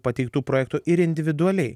pateiktų projektų ir individualiai